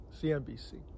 CNBC